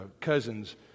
cousins